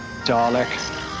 Dalek